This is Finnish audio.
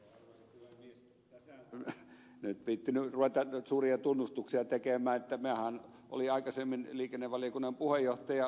tässä en nyt viitsinyt ruveta suuria tunnustuksia tekemään mutta minähän olin aikaisemmin liikennevaliokunnan puheenjohtaja